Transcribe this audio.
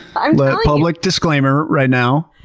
public disclaimer right now.